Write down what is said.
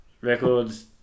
records